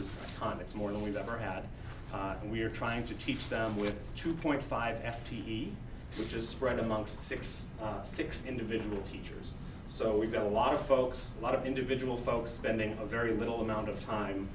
time it's more than we've ever had and we're trying to teach them with two point five f t e we just spread amongst six six individual teachers so we've got a lot of folks a lot of individual folks spending a very little amount of time